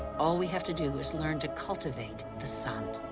all we have to do is learn to cultivate the sun.